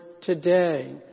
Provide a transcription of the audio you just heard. today